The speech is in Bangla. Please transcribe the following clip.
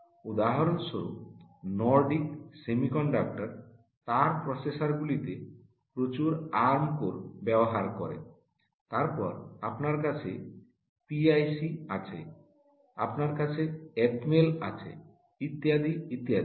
উদাহরণস্বরূপ নর্ডিক সেমিকন্ডাক্টর তার প্রসেসরগুলিতে প্রচুর আর্ম কোর ব্যবহার করে তারপর আপনার কাছে পিআইসি আছে আপনার কাছে এটমেল আছে ইত্যাদি ইত্যাদি